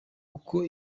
uko